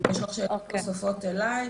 אם יש לך שאלות נוספות אלי,